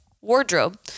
wardrobe